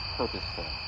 purposeful